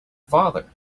father